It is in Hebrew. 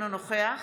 אינו נוכח